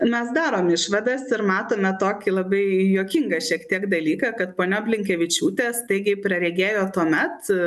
mes darom išvadas ir matome tokį labai juokingą šiek tiek dalyką kad ponia blinkevičiūtė staigiai praregėjo tuomet